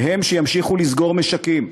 והם, שימשיכו לסגור משקים.